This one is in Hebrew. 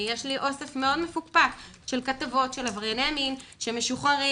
יש לי אוסף מאוד מפוקפק של כתבות על עברייני מין שהם משוחררים.